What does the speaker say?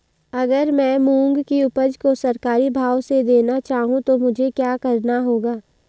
अगर मैं मूंग की उपज को सरकारी भाव से देना चाहूँ तो मुझे क्या करना होगा?